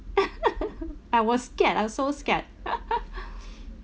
I was scared I also scared